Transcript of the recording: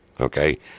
Okay